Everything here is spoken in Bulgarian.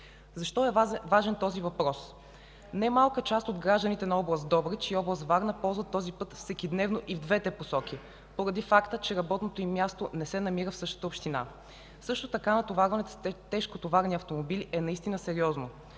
Защо е важен този въпрос? Немалка част от гражданите на област Добрич и област Варна ползват този пъти всекидневно и в двете посоки поради факта, че работното им място не се намира в същата община. Също така натоварванията с тежкотоварни автомобили е наистина сериозно.